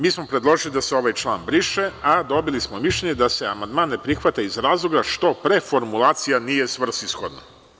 Mi smo predložili da se ovaj član briše, a dobili smo mišljenje da se amandman ne prihvata iz razloga što preformulacija nije svrsishodna.